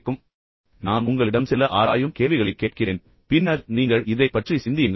இப்போது நான் உங்களிடம் சில ஆராயும் கேள்விகளைக் கேட்க விரும்புகிறேன் பின்னர் நீங்கள் இந்த கேள்விகளைப் பற்றி சிந்தியுங்கள்